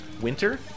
Winter